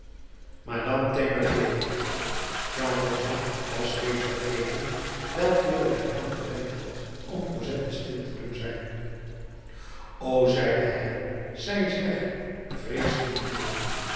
jean valjean was reeds vergeten welk middel hij aangewend had om cosette stil te doen zijn o zeide hij zij is weg vrees niet meer